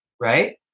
right